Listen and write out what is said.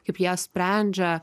kaip ją sprendžia